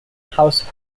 house